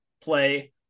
play